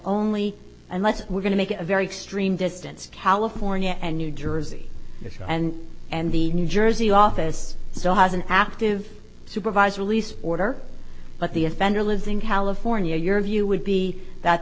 only unless we're going to make a very extreme distance california and new jersey and and the new jersey office so has an active supervised release order but the offender lives in california your view would be that